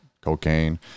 cocaine